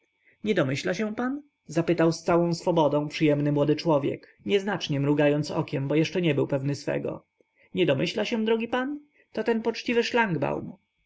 nie domyśla się pan zapytał z całą swobodą przyjemny młody człowiek nieznacznie mrugając okiem bo jeszcze nie był pewnym swego nie domyśla się drogi pan to ten poczciwy